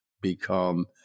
become